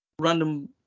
Random